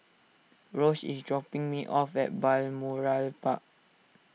Rose is dropping me off at Balmoral Park